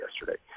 yesterday